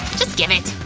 just give it.